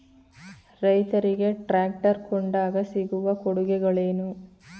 ರೈತರಿಗೆ ಟ್ರಾಕ್ಟರ್ ಕೊಂಡಾಗ ಸಿಗುವ ಕೊಡುಗೆಗಳೇನು?